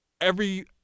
every-